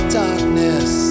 darkness